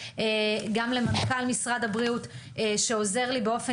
גם למנכ"ל משרד הבריאות שעוזר לי באופן